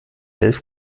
elf